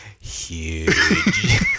huge